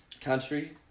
country